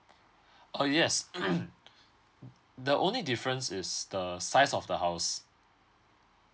oh yes the only difference is the size of the house